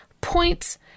points